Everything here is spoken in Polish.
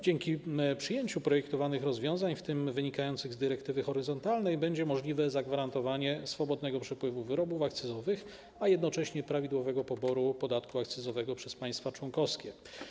Dzięki przyjęciu projektowanych rozwiązań, w tym wynikających z dyrektywy horyzontalnej, będzie możliwe zagwarantowanie swobodnego przepływu wyrobów akcyzowych, a jednocześnie prawidłowego poboru podatku akcyzowego przez państwa członkowskie.